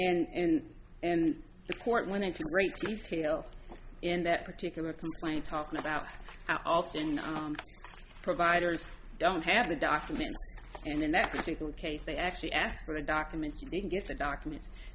b and and the court went into great detail in that particular complaint talking about how often the providers don't have the documents and in that particular case they actually asked for a document you didn't get the documents